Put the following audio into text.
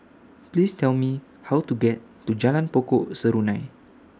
Please Tell Me How to get to Jalan Pokok Serunai